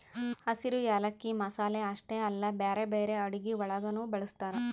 ಹಸಿರು ಯಾಲಕ್ಕಿ ಮಸಾಲೆ ಅಷ್ಟೆ ಅಲ್ಲಾ ಬ್ಯಾರೆ ಬ್ಯಾರೆ ಅಡುಗಿ ಒಳಗನು ಬಳ್ಸತಾರ್